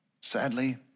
Sadly